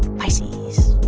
pisces